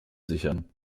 sichern